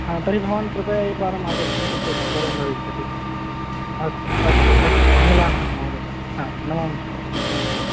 हा तर्हि भवान् कृपया एकवारम् आगच्छति चेत् वरं भविष्यति अस्तु अस्तु अस्तु मिलामः महोदय हा नमांसि नमांसि